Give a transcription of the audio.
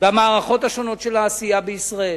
במערכות השונות של העשייה בישראל.